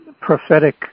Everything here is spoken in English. prophetic